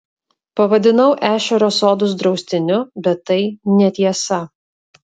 pavadinau ešerio sodus draustiniu bet tai netiesa